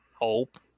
hope